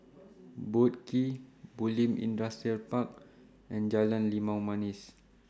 Boat Quay Bulim Industrial Park and Jalan Limau Manis